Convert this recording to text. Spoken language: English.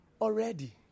already